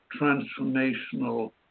transformational